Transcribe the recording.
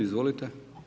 Izvolite.